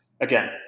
again